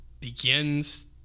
begins